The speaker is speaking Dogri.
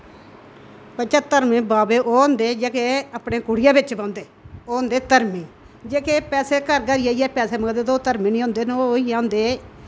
पचत्रमे बावे ओह् होंदे जेहड़े आपनी कुटिया बिच बोह्नदे ओं होंदे धरमी जेहके पैसे घर घर जाइये पैसे मांगदे न ओंह् धरमी नि होंदे ओह् इ'यै होंदे